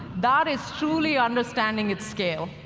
that is truly understanding its scale.